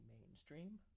mainstream